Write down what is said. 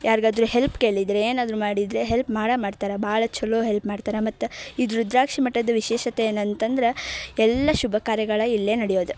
ಯಾರಿಗಾದ್ರೂ ಹೆಲ್ಪ್ ಕೇಳಿದರೆ ಏನಾದರೂ ಮಾಡಿದರೆ ಹೆಲ್ಪ್ ಮಾಡೇ ಮಾಡ್ತಾರ ಭಾಳ ಚಲೋ ಹೆಲ್ಪ್ ಮಾಡ್ತಾರ ಮತ್ತು ಇದು ರುದ್ರಾಕ್ಷಿ ಮಠದ ವಿಶೇಷತೆ ಏನಂತಂದ್ರೆ ಎಲ್ಲ ಶುಭ ಕಾರ್ಯಗಳು ಇಲ್ಲೇ ನಡೆಯೋದು